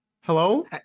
hello